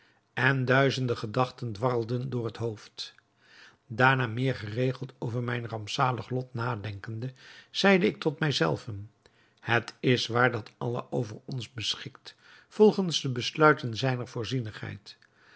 en duizenden gedachten dwarrelden mij door het hoofd daarna meer geregeld over mijn rampzalig lot nadenkende zeide ik tot mij zelven het is waar dat allah over ons beschikt volgens de besluiten zijner